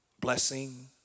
Blessing